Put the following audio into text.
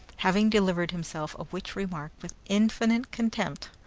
having delivered himself of which remark with infinite contempt,